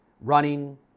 running